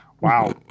Wow